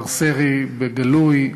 מר סרי, בגלוי,